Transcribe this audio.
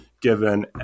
given